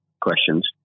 questions